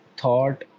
thought